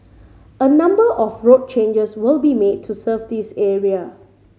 a number of road changes will be made to serve this area